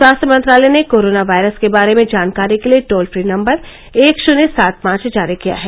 स्वास्थ्य मंत्रालय ने कोरोना वायरस के बारे में जानकारी के लिए टोल फ्री नम्बर एक शुन्य सात पांच जारी किया है